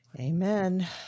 Amen